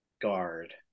guard